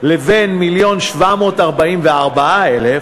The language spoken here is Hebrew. למיליון ו-744,000,